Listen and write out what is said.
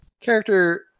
character